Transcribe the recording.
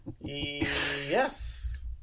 Yes